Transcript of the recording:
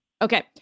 Okay